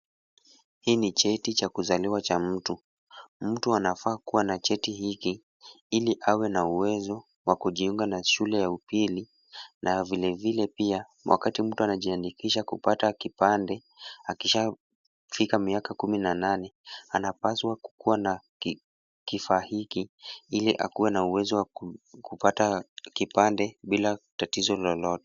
Hii ni cheti cha kuzaliwa cha mtu. Mtu anafaa kuwa na cheti hiki, ili awe na uwezo wa kujiunga na shule ya upili. Na vile vile pia wakati mtu anajiandikisha kupata kipande, akishafika miaka kumi na nane, anapaswa kuwa na kifaa hiki ili akuwe na uwezo wa kupata kipande bila tatizo lolote.